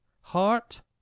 Heart